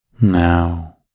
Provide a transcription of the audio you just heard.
Now